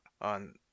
on